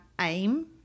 aim